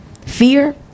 Fear